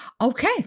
Okay